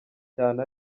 cyane